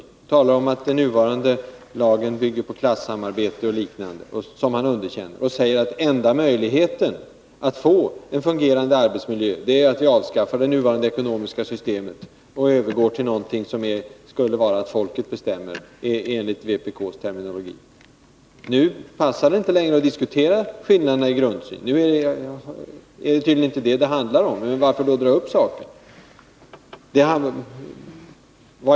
Han talade om att den nuvarande lagen bygger på klassamarbete och liknande, som han underkänner, och sade att enda möjligheten att få en fungerande arbetsmiljö är att vi avskaffar det nuvarande ekonomiska systemet och övergår till någonting som skulle innebära att folket bestämmer, enligt vpk:s terminologi. Nu passar det inte längre att diskutera skillnaden i grundsyn. Nu handlar det tydligen inte om detta. Men varför då dra upp saken?